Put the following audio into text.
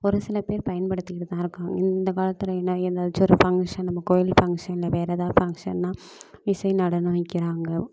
ஒரு சில பேர் பயன்படுத்திக்கிட்டு தான் இருக்காங்க இந்த காலத்தில் என்ன எதாச்சும் ஒரு ஃபங்க்ஷன் நம்ம கோயில் ஃபங்க்ஷன் இல்லை வேறு எதாவது ஃபங்க்ஷன்னா இசை நடனம் வைக்கிறாங்க